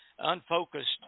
unfocused